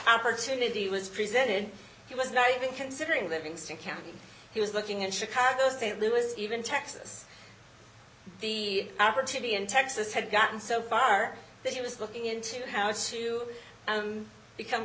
opportunity was presented he was not even considering livingston county he was looking in chicago st louis even texas the opportunity in texas had gotten so far that he was looking into how to become